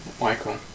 Michael